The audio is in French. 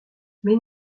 mais